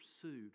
pursued